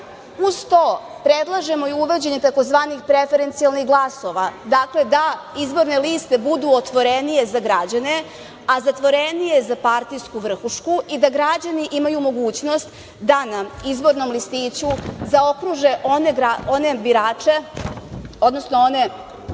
to, predlažemo i uvođenje tzv. preferencijalnih glasova. Dakle, da izborne liste budu otvorenije za građane, a zatvorenije za partijsku vrhušku i da građani imaju mogućnost da na izbornom listiću zaokruže one birače, odnosno one